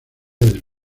del